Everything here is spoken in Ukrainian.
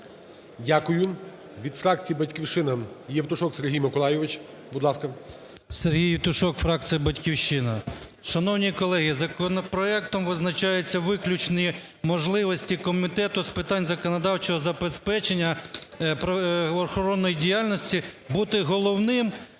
Дякую. Від фракції "Батьківщина" Євтушок Сергій Миколайович, будь ласка. 12:45:48 ЄВТУШОК С.М. Сергій Євтушок, фракція "Батьківщина". Шановні колеги, законопроектом визначаються виключні можливості Комітету з питань законодавчого забезпечення правоохоронної діяльності бути головним